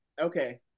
okay